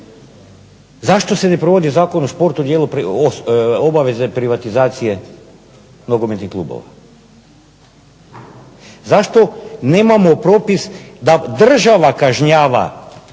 Zašto se ne provodi Zakon o športu u dijelu obaveze privatizacije nogometnih klubova? Zašto nemamo propis da država kažnjava